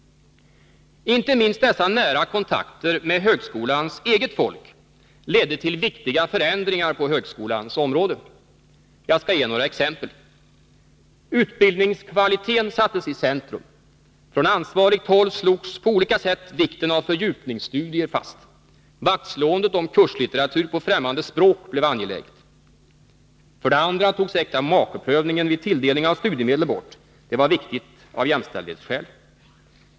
Inte minst dessa nära kontakter med högskolans eget folk ledde till viktiga förändringar på högskolans område. Jag skall ge några exempel. För det första sattes utbildningskvaliteten i centrum. Från ansvarigt håll fastslogs på olika sätt vikten av fördjupningsstudier. Det blev angeläget att slå vakt om kurslitteratur på ffrämmande språk. För det andra togs äkta-make-prövningen vid tilldelning av studiemedel bort. Det var viktigt av jämställdhetsskäl.